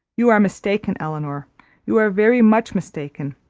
you are mistaken, elinor you are very much mistaken.